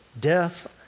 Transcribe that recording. death